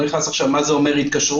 נכנס עכשיו למה זה אומר "בהתקשרות",